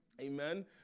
Amen